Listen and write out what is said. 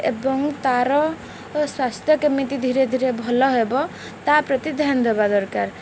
ଏବଂ ତାର ସ୍ୱାସ୍ଥ୍ୟ କେମିତି ଧୀରେ ଧୀରେ ଭଲ ହେବ ତା ପ୍ରତି ଧ୍ୟାନ ଦବା ଦରକାର